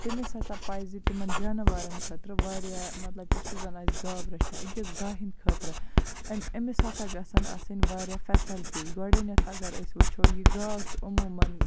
تٔمِس ہسا پَزِ تِمَن جانوَرَن خٲطرٕ واریاہ مطلب کہِ سُہ زَنہٕ آسہِ گاو رَچھان أکِس گاوِ ہِنٛد خٲطرٕ أمۍ أمِس ہسا گژھن آسٕنۍ واریاہ فیسلٹیٖز گۄڈٕنٮ۪تھ اگر أسۍ وٕچھو یہِ گاو چھِ عموٗماً